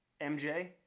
MJ